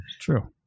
True